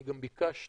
אני גם ביקשתי